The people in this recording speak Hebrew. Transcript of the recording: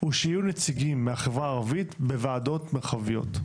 הוא שיהיו נציגים מהחברה הערבית בוועדות מרחביות.